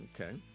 Okay